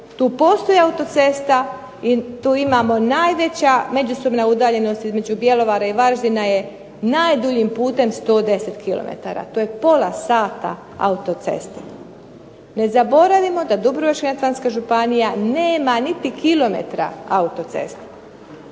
tu postoji autocesta i tu imamo najveća međusobna udaljenost između Bjelovara i Varaždina je najduljim putem 110 kilometara, to je pola sata autocestom. Ne zaboravimo da Dubrovačko-neretvanska županija nema niti kilometra autoceste.